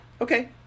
Okay